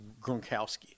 Gronkowski